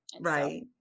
Right